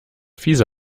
fiese